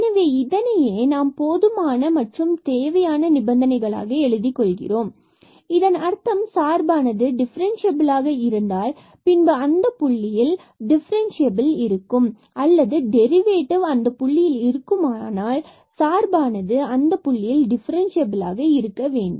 எனவே இதனையே நாம் போதுமான மற்றும் தேவையான நிபந்தனைகள் ஆக எழுதிக் கொள்கிறோம் இதன் அர்த்தம் சார்பானது டிஃபரன்ஸ்சியபிலாக இருந்தால் பின்பு அந்தப் புள்ளியில் டிஃபரன்சியபில் differentiable இருக்கும் அல்லது டெரிவேட்டிவ் அந்த புள்ளியில் இருக்குமேயானால் பின்பு சார்பானது அந்தப் புள்ளியில் டிஃபரண்ட்சியபிலாக இருக்கவேண்டும்